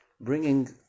bringing